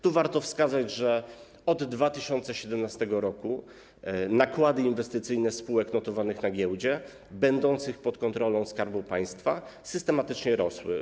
Tu warto wskazać, że od 2017 r. nakłady inwestycyjne spółek notowanych na giełdzie będących pod kontrolą Skarbu Państwa systematycznie rosły.